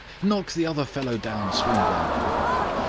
knock the other fellow down, swinburne, he called out,